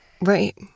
Right